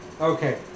Okay